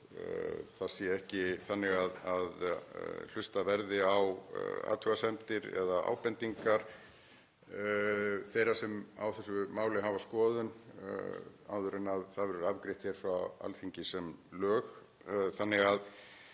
að ekki verði hlustað á athugasemdir eða ábendingar þeirra sem á þessu máli hafa skoðun áður en það verður afgreitt frá Alþingi sem lög,